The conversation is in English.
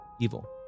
evil